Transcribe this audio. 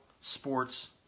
sports